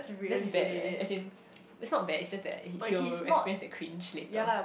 that's bad leh as in it's not bad it's just that he will experience the cringe later